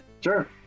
Sure